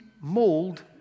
mold